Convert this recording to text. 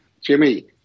Jimmy